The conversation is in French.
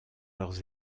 leurs